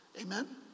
Amen